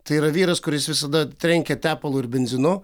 tai yra vyras kuris visada trenkia tepalu ir benzinu